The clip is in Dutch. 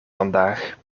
vandaag